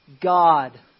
God